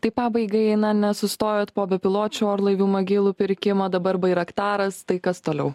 tai pabaigai na nesustojat po bepiločių orlaivių magylų pirkimo dabar bairaktaras tai kas toliau